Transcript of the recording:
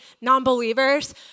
non-believers